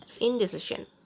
indecision